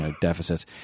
deficits